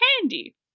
handy